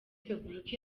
repubulika